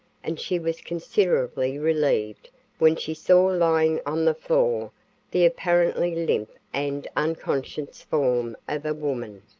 and she was considerably relieved when she saw lying on the floor the apparently limp and unconscious form of a woman.